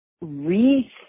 re